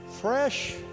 fresh